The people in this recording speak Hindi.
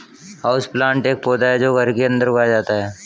हाउसप्लांट एक पौधा है जो घर के अंदर उगाया जाता है